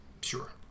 Sure